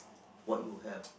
what you have